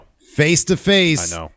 face-to-face